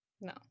No